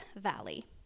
valley